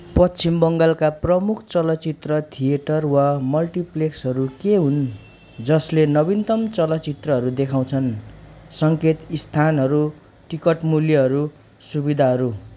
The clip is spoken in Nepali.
पश्चिम बङ्गालका प्रमुख चलचित्र थिएटर वा मल्टिप्लेक्सहरू के हुन् जसले नवीनतम चलचित्रहरू देखाउँछन् सङ्केत स्थानहरू टिकट मूल्यहरू सुविधाहरू